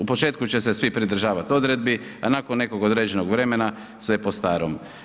U početku će se svi pridržavati odredbi, a nakon nekog određenog vremena sve po starom.